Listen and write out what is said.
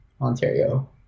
Ontario